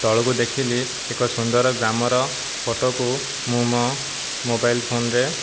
ତଳକୁ ଦେଖିଲି ଏକ ସୁନ୍ଦର ଗ୍ରାମର ଫଟୋକୁ ମୁଁ ମୋ ମୋବାଇଲ ଫୋନରେ